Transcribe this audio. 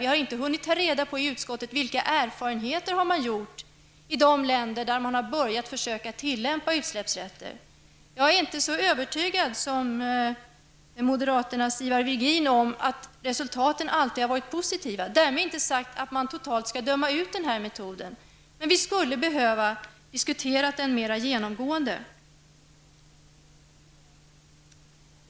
Vi har inte i utskottet hunnit ta reda på vilka erfarenheter man har gjort i de länder där man har börjat försöka tillämpa utsläppsrätter. Jag är inte så övertygad som moderaternas Ivar Virgin om att resultatet alltid har varit positivt, därmed inte sagt att man totalt skall döma ut den här metoden. Men vi skulle ha behövt diskutera den mer genomgående.